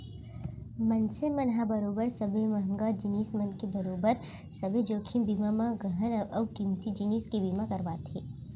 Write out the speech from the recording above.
मनसे मन ह बरोबर सबे महंगा जिनिस मन के बरोबर सब्बे जोखिम बीमा म गहना अउ कीमती जिनिस के बीमा करवाथे